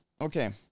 okay